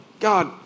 God